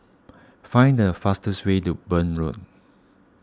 find the fastest way to Burn Road